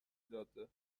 جاده